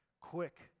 quick